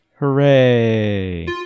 Hooray